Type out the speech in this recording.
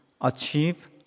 achieve